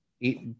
eat